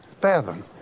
fathom